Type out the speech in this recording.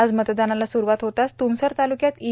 आज मतदानाला सुस्वात होताच तुमसर तालुक्यात ई